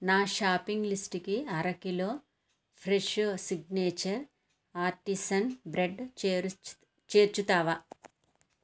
నా షాపింగ్ లిస్టుకి అర kilo Fresho signature artisan bread చేరుచ్ చేర్చుతావా